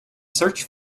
search